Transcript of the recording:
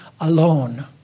alone